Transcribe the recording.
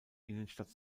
innenstadt